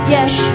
Yes